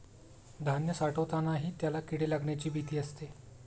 धान्य साठवतानाही त्याला किडे लागण्याची भीती असते